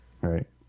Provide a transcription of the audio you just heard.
Right